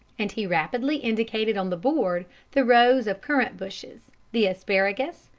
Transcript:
and he rapidly indicated on the board the rows of currant bushes, the asparagus,